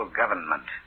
government